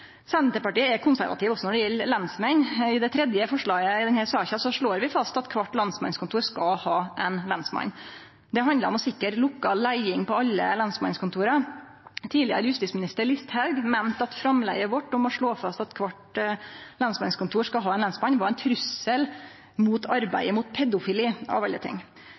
Senterpartiet er konservative også når det gjeld lensmenn. I det tredje forslaget i denne saka slår vi fast at kvart lensmannskontor skal ha ein lensmann. Det handlar om å sikre lokal leiing på alle lensmannskontora. Tidlegare justisminister Listhaug meinte at framlegget vårt om å slå fast at kvart lensmannskontor skal ha ein lensmann, var ein trussel mot arbeidet mot pedofili – av alle ting.